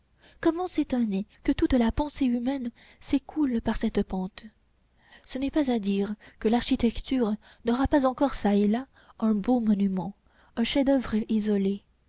comment s'étonner que toute la pensée humaine s'écoule par cette pente ce n'est pas à dire que l'architecture n'aura pas encore çà et là un beau monument un chef-d'oeuvre isolé